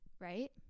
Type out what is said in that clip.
right